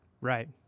Right